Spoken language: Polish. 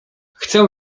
chcę